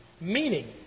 meaning